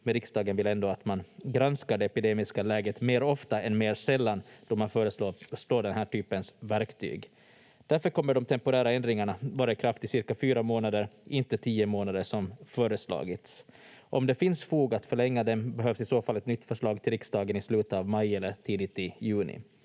riksdagen vill ändå att man granskar det epidemiska läget mer ofta än mer sällan då man föreslår den här typens verktyg. Därför kommer de temporära ändringarna vara i kraft i cirka fyra månader, inte 10 månader som föreslagits. Om det finns fog att förlänga dem behövs i så fall ett nytt förslag till riksdagen i slutet av maj eller tidigt i juni.